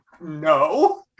no